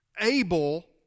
Abel